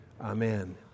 Amen